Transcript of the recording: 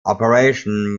operation